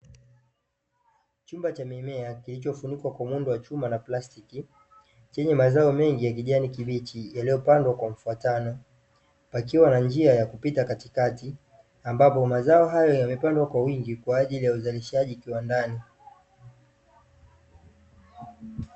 Chumba cha mimea kilichofunikwa kwa muundo wa chuma na plastiki, chenye mazao mengi ya kijani kibichi yaliyopandwa kwa mfuatano, pakiwa na njia ya kupita katikati, ambapo mazao hayo yamepandwa kwa wingi kwa ajili ya uzalishaji kiwandani.